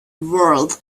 world